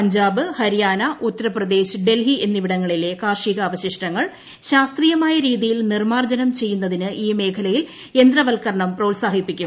പഞ്ചാബ് ഹരിയാന ഉത്തർപ്രദേശ് ഡൽഹി എന്നിവിടങ്ങളിലെ കാർഷികാവശിഷ്ടങ്ങൾ ശാസ്ത്രീയമായ രീതിയിൽ നിർമാർജ്ജനം ചെയ്യുന്നതിന് ഈ മേഖലയിൽ യന്ത്രവൽകരണം പ്രോത്സാഹിപ്പിക്കും